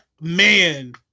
man